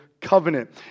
Covenant